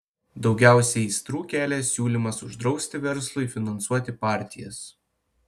daugiausiai aistrų kelia siūlymas uždrausti verslui finansuoti partijas